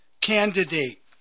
candidate